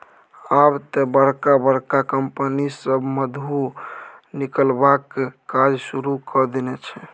आब तए बड़का बड़का कंपनी सभ मधु निकलबाक काज शुरू कए देने छै